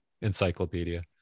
encyclopedia